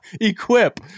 equip